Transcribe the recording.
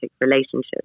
relationship